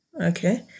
Okay